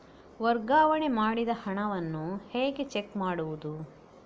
ವರ್ಗಾವಣೆ ಮಾಡಿದ ಹಣವನ್ನು ಹೇಗೆ ಚೆಕ್ ಮಾಡುವುದು?